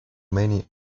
many